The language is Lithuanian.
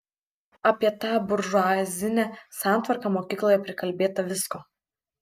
apie tą buržuazinę santvarką mokykloje prikalbėta visko